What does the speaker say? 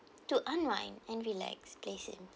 to unwind and relax places